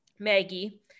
Maggie